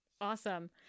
Awesome